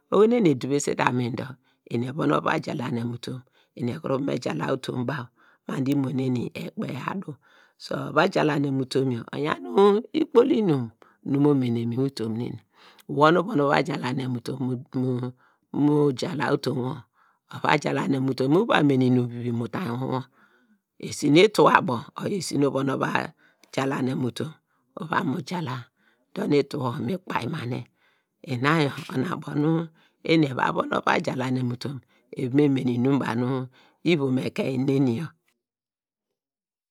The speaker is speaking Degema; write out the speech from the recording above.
Eduvese jalanem utomn dor, eni evon ova jala utomn baw ma dor imo neni ekpe adu ova jalanem utomn yor oyan ikpol inum nu mo mene mu utomn neni wor nu uvon ova jalanem mu utomn mu jala utomn wor, ova jalanem utomn uva mene inum vivi mu utain uwonwor, esi nu itu abo oyor esi nu uvon ova jalanem utomn uva mu jala dor nu ituwor mi kpainmane, ona ubo nu eni von ova jalanem eva me mene inum banu ivon ekein neni yor